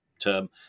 term